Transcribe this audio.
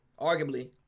Arguably